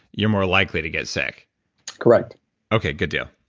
you're more likely to get sick correct okay, good deal.